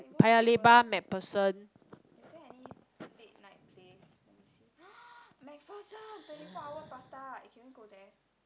paya-lebar MacPherson